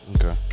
okay